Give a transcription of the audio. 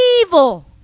Evil